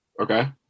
Okay